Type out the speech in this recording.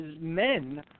men